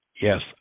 yes